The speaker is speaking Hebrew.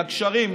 לגשרים,